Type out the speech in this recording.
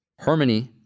Harmony